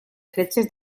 fletxes